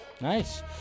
Nice